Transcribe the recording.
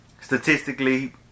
Statistically